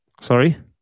Sorry